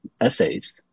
essays